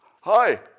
Hi